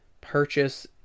purchase